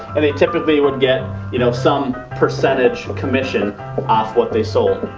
and they typically would get you know some percentage commission off what they sold.